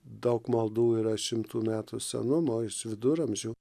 daug maldų yra šimtų metų senumo iš viduramžių